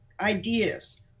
ideas